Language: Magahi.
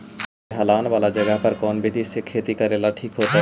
ढलान वाला जगह पर कौन विधी से खेती करेला ठिक होतइ?